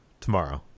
tomorrow